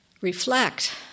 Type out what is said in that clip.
reflect